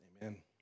amen